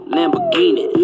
Lamborghini